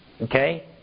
Okay